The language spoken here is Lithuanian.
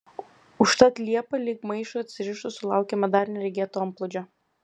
užtat liepą lyg maišui atsirišus sulaukėme dar neregėto antplūdžio